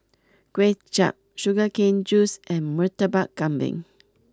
Kuay Chap Sugar Cane Juice and Murtabak Kambing